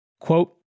Quote